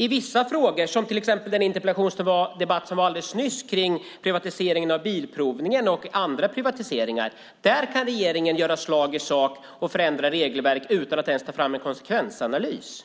I vissa frågor, som till exempel den interpellationsdebatt som var alldeles nyss kring privatiseringen av bilprovningen och andra privatiseringar, kan regeringen göra slag i saken och förändra regelverk utan att ens ta fram en konsekvensanalys.